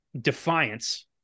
Defiance